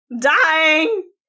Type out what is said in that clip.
dying